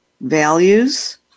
values